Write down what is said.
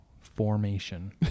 formation